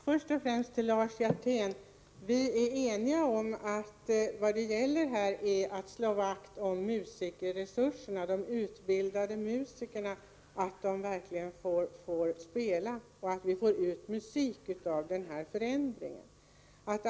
Herr talman! Först till Lars Hjertén: Vi är eniga om att det här gäller att slå vakt om musikerresurserna. Det är viktigt att de utbildade musikerna verkligen får spela och att vi genom den här förändringen får ut mera musik.